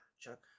Chuck